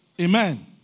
amen